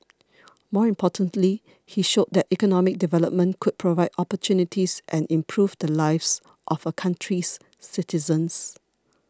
more importantly he showed that economic development could provide opportunities and improve the lives of a country's citizens